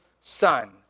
son